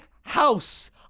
House